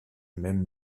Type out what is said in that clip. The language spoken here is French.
même